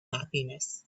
happiness